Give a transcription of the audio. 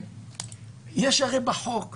יש הרי בחוק הוראה,